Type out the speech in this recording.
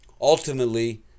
Ultimately